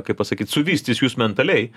kaip pasakyt suvystys jus mentaliai